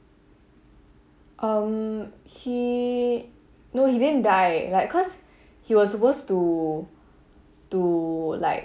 um he no he didn't die like cause he was supposed to to like